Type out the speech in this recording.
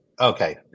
Okay